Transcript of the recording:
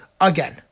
again